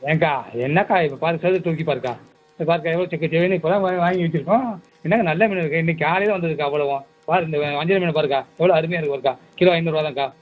ஏன் அக்கா என்னக்கா இப்போ பார் செதில் தூக்கி பாருக்கா இப்போ பாருக்கா எவ்வளோ செக்க செவேல்னு இப்போ தான் போய் வாங்கி வைச்சுருக்கோம் என்ன அக்கா நல்ல மீன் இருக்குது இன்றைக்கு காலையில் வந்தது அக்கா அவ்வளவு பார் இந்த வஞ்சிரம் மீனை பாருக்கா எவ்வளோ அருமையாக இருக்குது பாருக்கா கிலோ ஐநூறுருவா தான் அக்கா